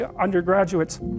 undergraduates